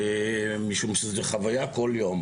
משום שזו חוויה כל יום.